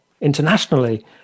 internationally